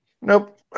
Nope